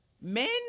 men